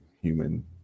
human